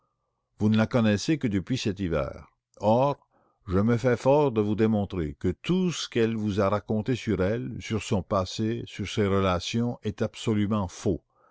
vous ne la connaissez que depuis cet hiver or je me fais fort de vous démontrer que tout ce qu'elle vous a raconté sur elle sur son passé sur ses relations est absolument faux